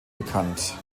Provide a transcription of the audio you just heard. bekannt